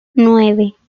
nueve